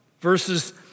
Verses